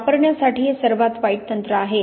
वापरण्यासाठी हे सर्वात वाईट तंत्र आहे